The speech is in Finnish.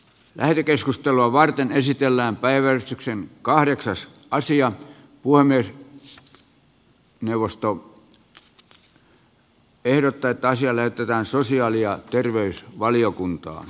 lähetekeskustelua varten esitellään päiväystyksen kahdeksas sija puolanne h i puhemiesneuvosto ehdottaa että asia lähetetään sosiaali ja terveysvaliokuntaan